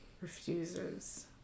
refuses